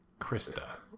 Krista